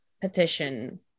petition